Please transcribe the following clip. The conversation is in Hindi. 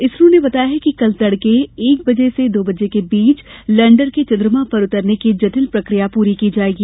इसरो ने बताया कि कल तड़के एक से दो बजे के बीच लैंडर के चंद्रमा पर उतरने की जटिल प्रक्रिया पूरी की जाएगी